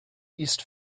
east